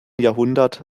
jahrhundert